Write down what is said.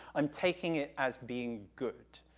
i'm taking it as being good,